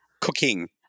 cooking